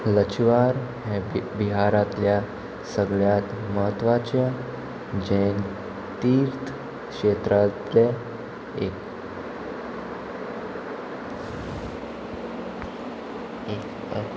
लचवार हें बिहारांतल्या सगळ्यांत म्हत्वाचें जैन तीर्थ क्षेत्रांतले एक